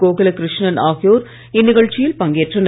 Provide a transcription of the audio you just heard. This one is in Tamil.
கோகுலகிருஷ்ணன் ஆகியோர் இந்நிகழ்ச்சியில் பங்கேற்றனர்